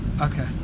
Okay